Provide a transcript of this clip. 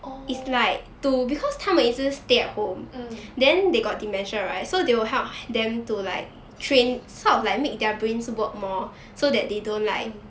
oh mm mm